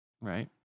right